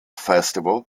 festival